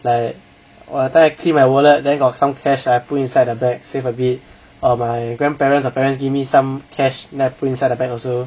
like !wah! that time I key in my wallet then got some cash I put inside the bag save a bit or my grandparents my parents give me some cash that put inside the bag also